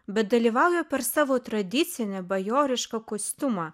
bet dalyvauja per savo tradicinį bajorišką kostiumą